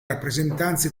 rappresentanza